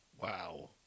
Wow